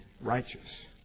righteous